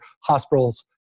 hospitals